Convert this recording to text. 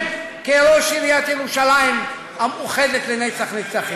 כראש עיריית ירושלים המאוחדת לנצח נצחים.